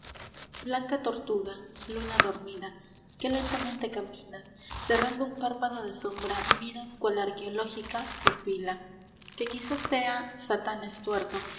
luna dormida qué lentamente caminas cerrando un párpado de sombra miras cual arqueológica pupila que quizás sea satán es tuerto